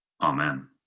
Amen